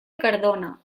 cardona